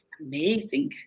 Amazing